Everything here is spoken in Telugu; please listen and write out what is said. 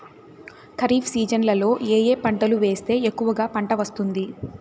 ఖరీఫ్ సీజన్లలో ఏ ఏ పంటలు వేస్తే ఎక్కువగా పంట వస్తుంది?